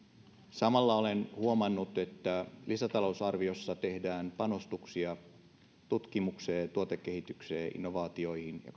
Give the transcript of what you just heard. samalla olen huomannut että lisätalousarviossa tehdään panostuksia tutkimukseen tuotekehitykseen innovaatioihin ja